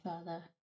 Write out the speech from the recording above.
further